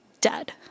dead